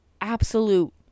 absolute